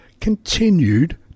continued